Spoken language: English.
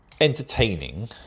entertaining